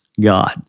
God